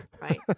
Right